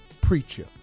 preacher